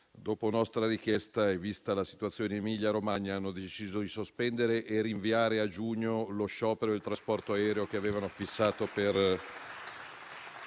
dopo nostra richiesta e vista la situazione in Emilia Romagna, hanno deciso di sospendere e rinviare a giugno lo sciopero del trasporto aereo che avevano fissato per